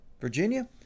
Virginia